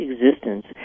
existence